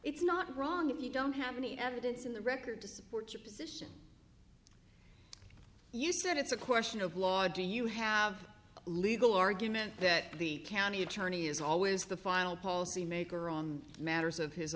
it's not wrong if you don't have any evidence in the record to support your position you said it's a question of law do you have a legal argument that the county attorney is always the final policymaker on matters of his